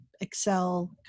excel